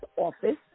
office